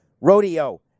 rodeo